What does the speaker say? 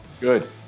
Good